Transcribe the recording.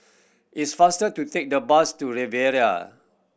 it's faster to take the bus to Riviera